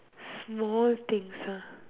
small things ah